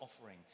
offering